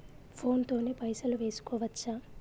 Phone తోని పైసలు వేసుకోవచ్చా?